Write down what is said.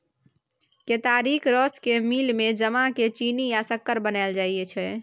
केतारीक रस केँ मिल मे जमाए केँ चीन्नी या सक्कर बनाएल जाइ छै